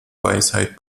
weisheit